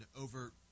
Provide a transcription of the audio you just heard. over